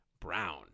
brown